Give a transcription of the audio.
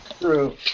True